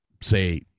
say